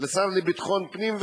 לביטחון הפנים,